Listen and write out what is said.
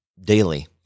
daily